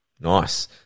Nice